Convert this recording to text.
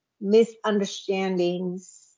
misunderstandings